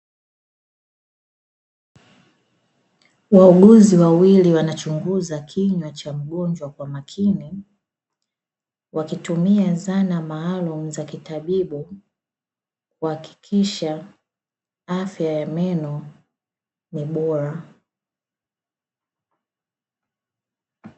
Wauguzi wawili wanachunguza kinywa cha mgonjwa kwa makini, wakitumia zana maalumu za kitabibu kuhakikisha afya ya meno ni bora.